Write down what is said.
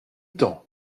temps